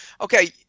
okay